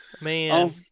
Man